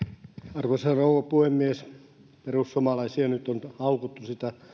arvoisa rouva puhemies perussuomalaisia on nyt haukuttu